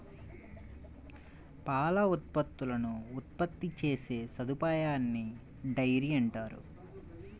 పాల ఉత్పత్తులను ఉత్పత్తి చేసే సదుపాయాన్నిడైరీ అంటారు